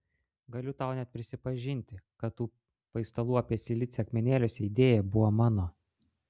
galiu tau net prisipažinti kad tų paistalų apie silicį akmenėliuose idėja buvo mano